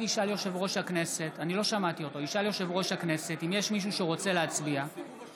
האם יש מי מחברי הכנסת שנמצא במליאה ומזכיר